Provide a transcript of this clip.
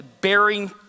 bearing